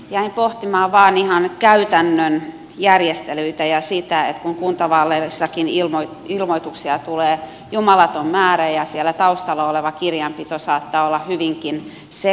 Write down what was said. jäin pohtimaan vain ihan käytännön järjestelyitä ja sitä että kuntavaaleissakin ilmoituksia tulee jumalaton määrä ja siellä taustalla oleva kirjanpito saattaa olla hyvinkin sekalaista